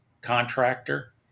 contractor